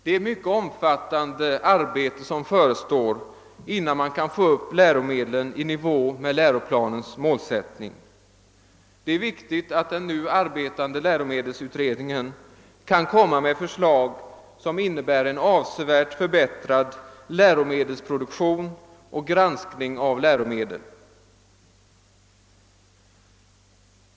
Det är ett mycket omfattande arbete som förestår, innan man kan få läromedlen i nivå med läroplanens mål. Det är viktigt att den nu arbetande läromedelsutredningen kan komma med förslag som innebär en avsevärt förbättrad läromedelsproduktion och granskning av läromedel.